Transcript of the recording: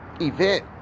event